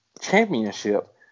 championship